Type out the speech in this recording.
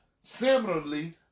Similarly